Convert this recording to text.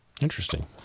Interesting